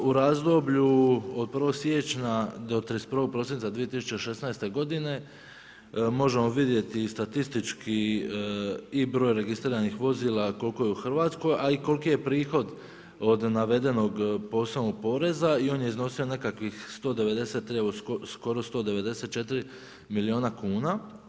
U razdoblju od 1. siječnja do 31. prosinca 2016. godine možemo vidjeti i statistički i broj registriranih vozila koliko je u Hrvatskoj, a i koliki je prihod od navedenog posebnog poreza i on je iznosi nekakvih 190, evo skoro 194 milijuna kuna.